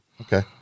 Okay